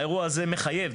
האירוע הזה מחייב